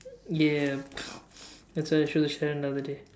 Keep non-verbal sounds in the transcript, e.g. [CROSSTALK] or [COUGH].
ya [LAUGHS] that's what I showed Sharon the other day